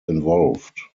involved